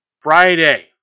Friday